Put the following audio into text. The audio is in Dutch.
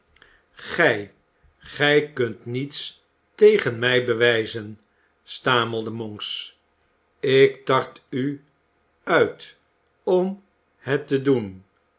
gij gij kunt niets tegen mij bewijzen stamelde monks ik tart u uit om het te doen